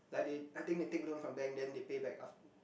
like it I think they take loan from bank then they pay back after